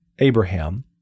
Abraham